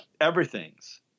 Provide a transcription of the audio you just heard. everything's